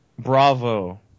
Bravo